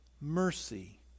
mercy